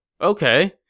okay